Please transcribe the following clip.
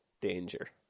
danger